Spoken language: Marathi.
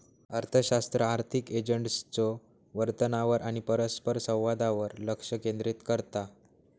अर्थशास्त्र आर्थिक एजंट्सच्यो वर्तनावर आणि परस्परसंवादावर लक्ष केंद्रित करता